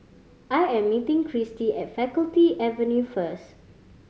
I am meeting Kristi at Faculty Avenue first